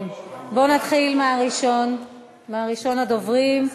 בואו נתחיל מראשון הדוברים.